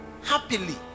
happily